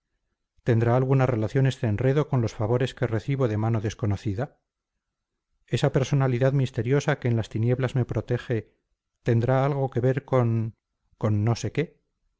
tendrá alguna relación este enredo con los favores que recibo de mano desconocida esa personalidad misteriosa que en las tinieblas me protege tendrá algo que ver con con no sé qué